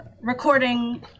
recording